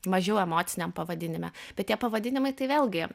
mažiau emociniam pavadinime bet tie pavadinimai tai vėlgi